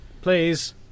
Please